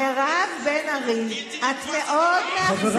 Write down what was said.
באמת לא מבינה מה הבעיה עם זה?